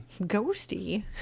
ghosty